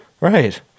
Right